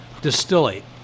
Distillate